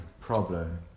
Problem